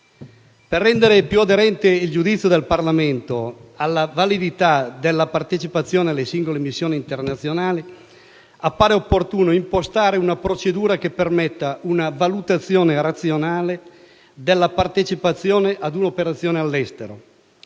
Per rendere più aderente il giudizio del Parlamento alla validità della partecipazione alle singole missioni internazionali, appare opportuno impostare una procedura che permetta una valutazione razionale della partecipazione ad un'operazione all'estero,